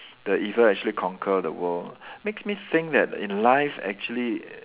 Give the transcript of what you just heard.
the evil actually conquer the world makes me think that in life actually